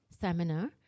seminar